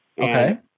Okay